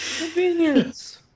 Convenience